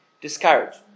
discouraged